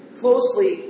closely